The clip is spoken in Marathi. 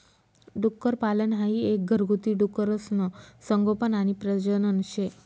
डुक्करपालन हाई एक घरगुती डुकरसनं संगोपन आणि प्रजनन शे